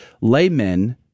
laymen